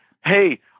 hey